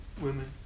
women